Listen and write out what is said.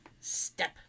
Step